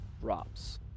drops